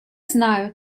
знаю